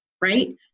right